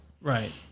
right